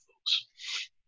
folks